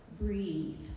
breathe